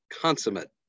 consummate